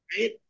right